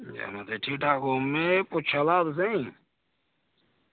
ठीक ठाक ओ में पुच्छा दा हा तुसें ई